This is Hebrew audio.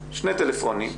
שני טלפונים,